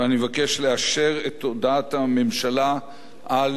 ואני מבקש לאשר את הודעת הממשלה על